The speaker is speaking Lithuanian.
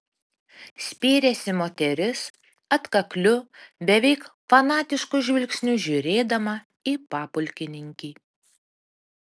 spyrėsi moteris atkakliu beveik fanatišku žvilgsniu žiūrėdama į papulkininkį